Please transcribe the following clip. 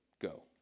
go